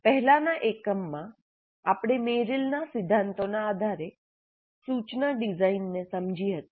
પહેલાના એકમમાં આપણે મેરિલના સિદ્ધાંતોના આધારે સૂચના ડિઝાઇનને સમજી હતી